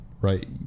right